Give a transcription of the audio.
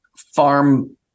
farm